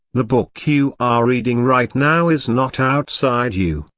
the book you are reading right now is not outside you,